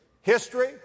history